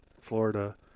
Florida